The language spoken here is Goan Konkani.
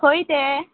खंय तें